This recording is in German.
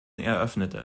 eröffnet